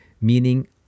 Meaning